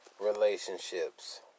relationships